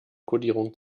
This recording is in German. kodierung